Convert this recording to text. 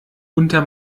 unter